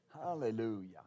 Hallelujah